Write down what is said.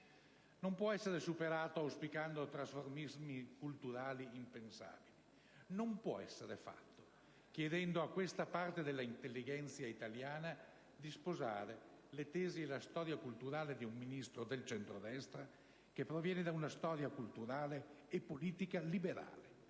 Non può essere superato auspicando trasformismi culturali impensabili; non può essere fatto chiedendo a questa parte dell'*intellighenzia* italiana di sposare le tesi e la storia culturale di un Ministro del centrodestra, che proviene da una storia culturale e politica liberale,